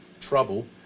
trouble